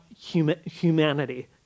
humanity